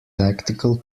tactical